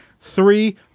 Three